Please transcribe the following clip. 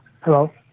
Hello